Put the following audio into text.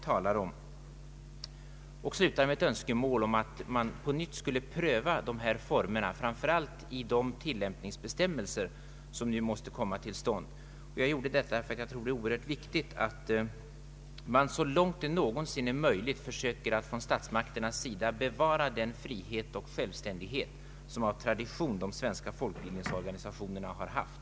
Jag slutade med ett önskemål om att dessa bidragsformer på nytt skulle prövas, framför allt i de tillämpningsbestämmelser som måste komma till stånd. Jag gjorde detta därför att jag anser att det är mycket viktigt att man så långt som någonsin är möjligt bör försöka att från statsmakternas sida bevara den frihet och den själv ständighet som av tradition de svenska folkbildningsorganisationerna har haft.